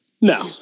No